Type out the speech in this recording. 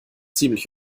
ziemlich